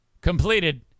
completed